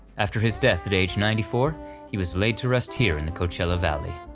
after his death at age ninety four he was laid to rest here in the coachella valley.